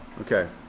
Okay